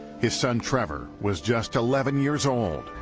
his son trevor was just eleven years old.